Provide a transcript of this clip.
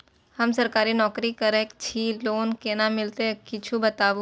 हम सरकारी नौकरी करै छी लोन केना मिलते कीछ बताबु?